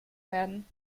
werden